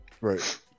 right